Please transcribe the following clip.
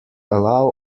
allow